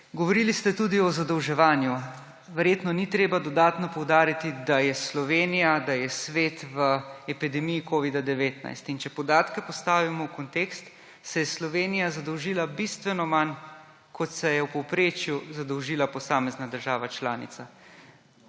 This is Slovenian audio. Govorili ste tudi o zadolževanju. Verjetno ni treba dodatno poudariti, da je Slovenija, da je svet v epidemiji covida-19. In če podatke postavimo v kontekst, se je Slovenija zadolžila bistveno manj, kot se je v povprečju zadolžila posamezna država članica.